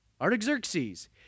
Artaxerxes